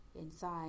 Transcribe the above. Inside